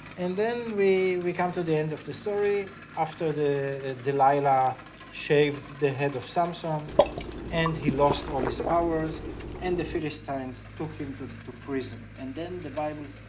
and then we we come to the end of the story after delilah shaved the head of samson and he lost all his powers and the philistines took him to to prison and then the bible